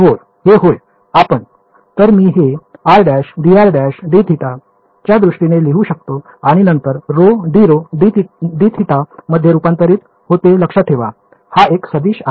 हे होय आपण तर मी हे r′dr′dθ च्या दृष्टीने लिहू शकतो आणि नंतर ρdρdθ मध्ये रुपांतरित होते लक्षात ठेवा हा एक सदिश आहे